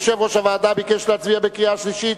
יושב-ראש הוועדה ביקש להצביע בקריאה שלישית.